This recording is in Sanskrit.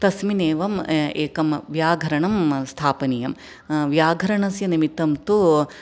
तस्मिन्नेवम् एकं व्याघरणं स्थापनीयं व्याघरणस्य निमित्तं तु